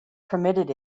permitted